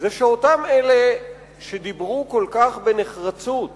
זה שאותם אלה שדיברו כל כך בנחרצות